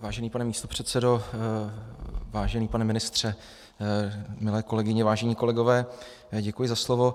Vážený pane místopředsedo, vážený pane ministře, milé kolegyně, vážení kolegové, děkuji za slovo.